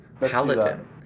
paladin